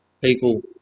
people